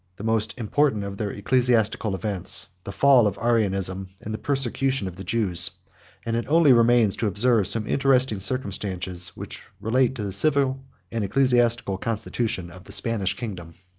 the most important of their ecclesiastical events, the fall of arianism, and the persecution of the jews and it only remains to observe some interesting circumstances which relate to the civil and ecclesiastical constitution of the spanish kingdom.